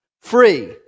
free